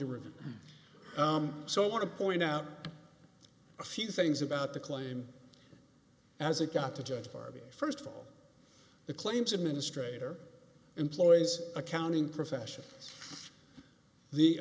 review so i want to point out a few things about the claim as it got to judge harvey first of all the claims administrator employees accounting profession the